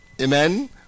Amen